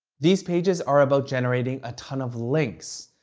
these pages are about generating a ton of links.